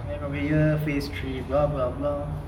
end of the year phase three blah blah blah